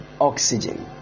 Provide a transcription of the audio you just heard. oxygen